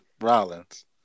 Rollins